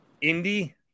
Indy